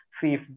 see